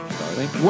starting